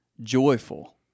joyful